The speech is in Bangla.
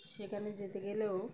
সেখানে যেতে গেলেও